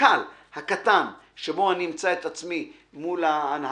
הקל שאמצא את עצמי מול ההנהלה,